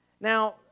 Now